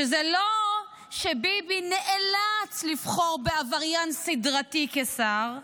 שזה לא שביבי נאלץ לבחור בעבריין סדרתי כשר,